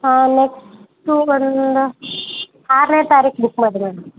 next ಒಂದು ಆರನೇ ತಾರೀಖು ಬುಕ್ ಮಾಡಿ ಮೇಡಮ್